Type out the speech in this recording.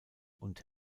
und